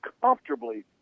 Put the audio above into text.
comfortably